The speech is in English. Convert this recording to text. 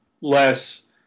less